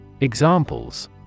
Examples